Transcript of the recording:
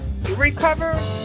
recover